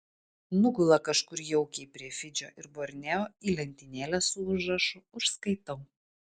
nugula kažkur jaukiai prie fidžio ir borneo į lentynėlę su užrašu užskaitau